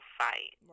fight